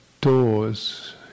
doors